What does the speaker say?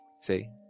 See